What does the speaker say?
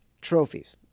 trophies